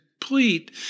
complete